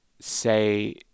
say